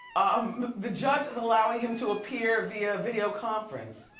um the judge is allowing him to appear via video conference.